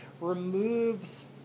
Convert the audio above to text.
removes